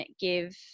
give